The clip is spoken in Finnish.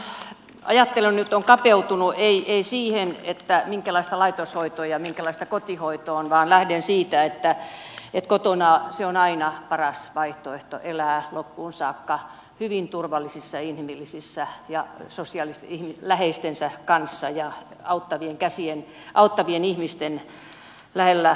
minun ajatteluni nyt on kapeutunut ei siinä minkälaista laitoshoito on ja minkälaista kotihoito on vaan lähden siitä että koti on aina paras vaihtoehto elää loppuun saakka hyvin turvallisissa ja inhimillisissä oloissa ja läheistensä kanssa ja auttavien käsien auttavien ihmisten lähellä ollen